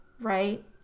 right